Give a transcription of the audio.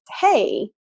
hey